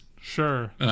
sure